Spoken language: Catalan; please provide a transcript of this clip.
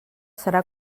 serà